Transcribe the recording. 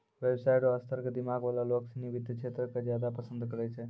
व्यवसाय र स्तर क दिमाग वाला लोग सिनी वित्त क्षेत्र क ज्यादा पसंद करै छै